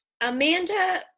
Amanda